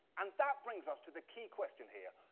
and that brings us to the key question here,